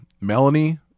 Melanie